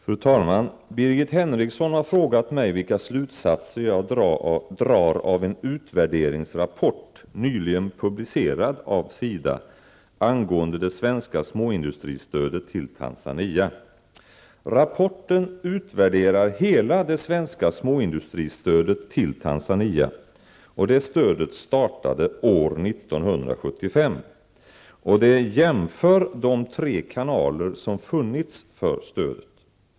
Fru talman! Birgit Henriksson har frågat mig vilka slutsatser jag drar av en utvärderingsrapport, nyligen publicerad av SIDA, angående det svenska småindustristödet till Tanzania. Rapporten utvärderar hela det svenska småindustristödet till Tanzania, som startade år 1975, och jämför de tre kanaler som funnits för stödet.